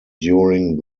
during